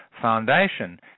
foundation